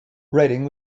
writing